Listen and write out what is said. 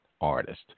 artist